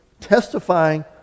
testifying